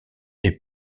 est